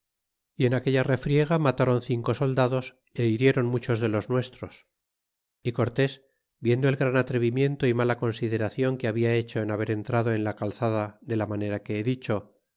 y en aquella refriega matron cinco soldados e hirieron muchos de los nuestros y cortés viendo el gran atrevimiento y mala consideracion que halda hecho en haber entrado en la calzada de la manera que he dicho